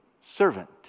Servant